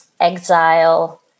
exile